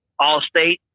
Allstate